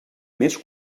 més